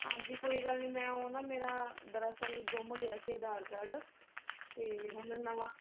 ਹਾਂਜੀ ਕੋਈ ਗੱਲ ਨਹੀਂ ਮੈਂ ਉਹ ਨਾ ਮੇਰਾ ਦਰਅਸਲ ਗੁੰਮ ਗਿਆ ਸੀ ਆਧਾਰ ਕਾਰਡ ਅਤੇ ਹੁਣ ਨਵਾਂ